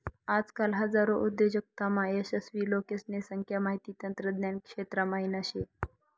आजकाल हजारो उद्योजकतामा यशस्वी लोकेसने संख्या माहिती तंत्रज्ञान क्षेत्रा म्हाईन शे